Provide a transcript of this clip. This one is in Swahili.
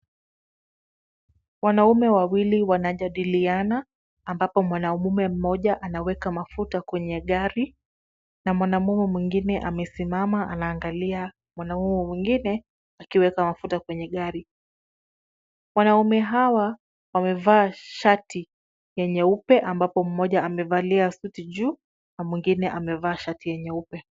Wanaume wawili wanajadiliana ambapo mwanaume mmoja anaweka mafuta kwenye gari na mwanaume mwingine amesimama anaangalia mwanaume mwingine akiweka mafuta kwenye gari. Wanaume hawa wamevaa shati ya nyeupe ambapo mmoja amevalia suti juu na mwingine amevaa shati ya nyeupe.